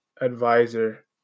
advisor